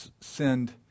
send